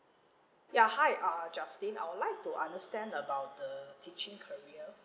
ya hi uh justin I'll like to understand about the teaching career